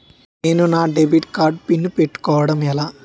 నేను నా debit card pin పెట్టుకోవడం ఎలా?